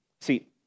See